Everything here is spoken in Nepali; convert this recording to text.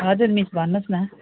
हजुर मिस भन्नुहोस् न